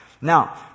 Now